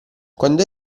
quando